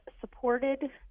supported